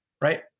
right